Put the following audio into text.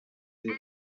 sie